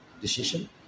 decision